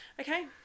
Okay